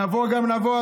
נבוא גם נבוא,